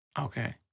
Okay